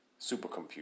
supercomputer